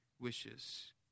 wishes